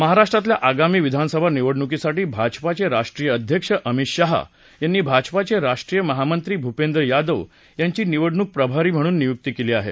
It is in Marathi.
महाराष्ट्रातल्या आगामी विधानसभा निवडणुकीसाठी भाजपाचे राष्ट्रीय अध्यक्ष अमित शाह यांनी भाजपाचे राष्ट्रीय महामंत्री भूपेंद्र यादव यांची निवडणूक प्रभारी म्हणून नियुक्ती केली आहे